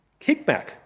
kickback